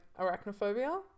arachnophobia